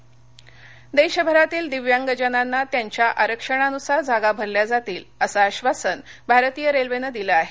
दिव्यांग देशभरातील दिव्यांगजनांना त्यांच्या आरक्षणानुसार जागा भरल्या जातील असं आश्वासन भारतीय रेल्वेनं दिलं आहे